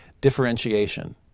differentiation